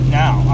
now